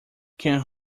can